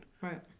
Right